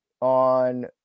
On